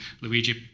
Luigi